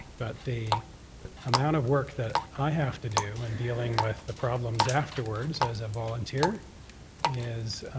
but the amount of work that i have to do when dealing with the problems afterwards as a volunteer is